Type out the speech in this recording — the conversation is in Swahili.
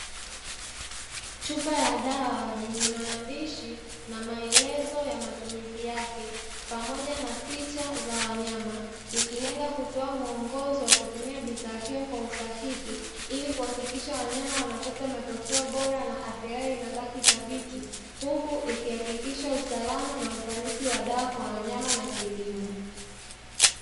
Chupa ya dawa yenye maandishi na maelezo ya matumizi yake pamoja na picha za wanyama ikilenga kutoa muongozo wa kutumia bidhaa hiyo kwa usahihi ili kuhakikisha wanyama wanapata matokeo bora na afya yao inabaki dhabiti, huku ikihakikisha usalama na ufanisi wa dawa kwa wanyama na kilimo.